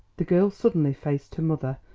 the girl suddenly faced her mother,